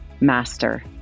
master